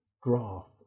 graph